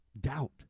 doubt